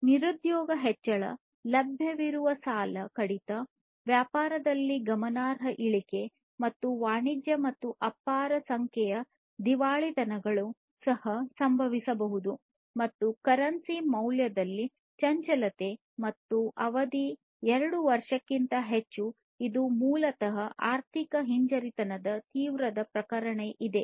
ನಿರುದ್ಯೋಗ ಹೆಚ್ಚಳ ಲಭ್ಯವಿರುವ ಸಾಲದಲ್ಲಿ ಕಡಿತ ವ್ಯಾಪಾರದಲ್ಲಿ ಗಮನಾರ್ಹ ಇಳಿಕೆ ಮತ್ತು ವಾಣಿಜ್ಯ ಮತ್ತು ಅಪಾರ ಸಂಖ್ಯೆಯ ದಿವಾಳಿತನಗಳು ಸಹ ಸಂಭವಿಸಬಹುದು ಮತ್ತು ಕರೆನ್ಸಿ ಮೌಲ್ಯದಲ್ಲಿನ ಚಂಚಲತೆ ಮತ್ತು ಅವಧಿ ಎರಡು ವರ್ಷಗಳಿಗಿಂತ ಹೆಚ್ಚು ಮತ್ತು ಇದು ಮೂಲತಃ ಆರ್ಥಿಕ ಹಿಂಜರಿತದ ತೀವ್ರ ಪ್ರಕರಣ ಇದೆ